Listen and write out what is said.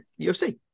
UFC